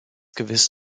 gewiss